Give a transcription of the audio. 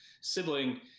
sibling